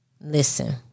Listen